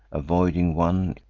avoiding one,